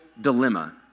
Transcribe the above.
dilemma